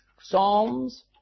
Psalms